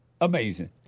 Amazing